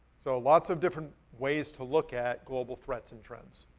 so lots of different ways to look at global threats and trends.